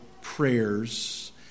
prayers